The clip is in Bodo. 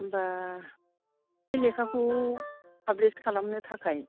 होमबा बे लेखाखौ पाब्लीस खालामनो थाखाय